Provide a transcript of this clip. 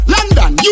London